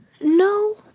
No